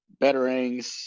betterings